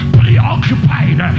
preoccupied